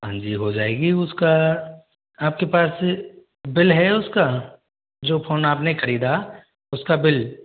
हाँ जी हो जाएगी उसका आपके पास बिल है उसका जो फोन आपने खरीदा उसका बिल